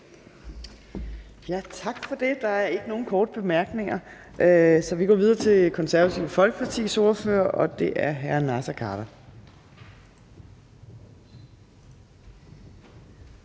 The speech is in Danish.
Tak for det. Der er ikke nogen korte bemærkninger, så vi går videre til Det Konservative Folkepartis ordfører, og det er hr. Naser Khader.